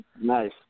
nice